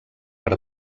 per